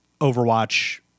Overwatch